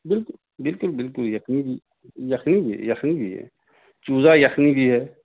بالکل بالکل بالکل بالکل یخنی بھی یخنی بھی یخنی بھی ہے چوزہ یخنی بھی ہے